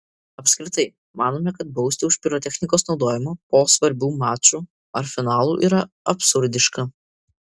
apskritai manome kad bausti už pirotechnikos naudojimą po svarbių mačų ar finalų yra absurdiška